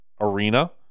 arena